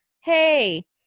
hey